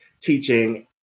teaching